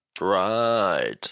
Right